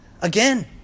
again